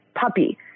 puppy